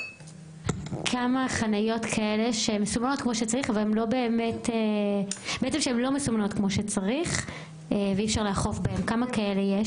כמה חניות שהן לא מסומנות כמו שצריך ואי אפשר לאכוף בהן יש?